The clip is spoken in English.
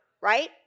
right